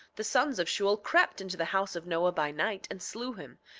the sons of shule crept into the house of noah by night and slew him,